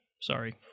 Sorry